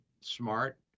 smart